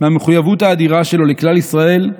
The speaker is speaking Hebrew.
מהמחויבות האדירה שלו לכלל ישראל,